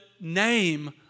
name